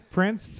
Prince